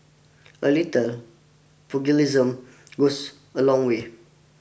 a little pugilism goes a long way